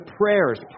prayers